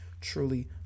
truly